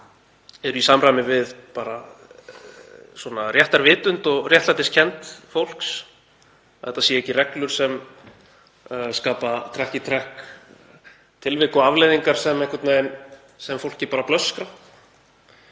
sem eru í samræmi við réttarvitund og réttlætiskennd fólks, að þetta séu ekki reglur sem skapa trekk í trekk tilvik og afleiðingar sem fólki bara blöskrar.